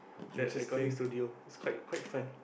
that recording studio it's quite quite fun